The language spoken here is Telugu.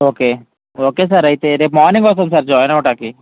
ఓకే ఓకే సార్ అయితే రేపు మార్నింగ్ వస్తాను సార్ జాయిన్ అవ్వడానికి